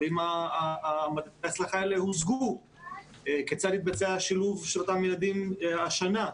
והאם מדדי ההצלחה האלה הושגו וכיצד התבצע השילוב של אותם ילדים השנה.